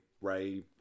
Ray